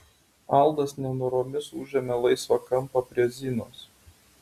aldas nenoromis užėmė laisvą kampą prie zinos